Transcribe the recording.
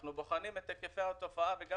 אנחנו בוחנים את היקפי התופעה וגם